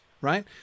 right